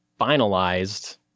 finalized